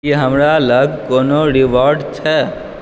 की हमरा लग कोनो रिवार्ड छै